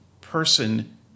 person